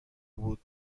بود